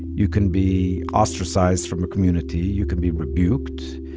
you can be ostracized from a community. you can be rebuked.